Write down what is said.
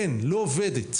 אין, היא לא עובדת.